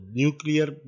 nuclear